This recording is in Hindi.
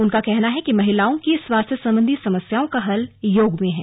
उनका कहना है कि महिलाओं की स्वास्थ्य संबंधी समस्याओं का हल योग में है